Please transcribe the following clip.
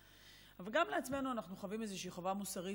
אבל גם לעצמנו אנחנו חווים איזושהי חובה מוסרית.